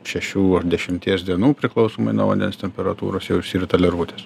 šešių ar dešimties dienų priklausomai nuo vandens temperatūros jau išsirita lervutės